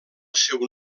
seu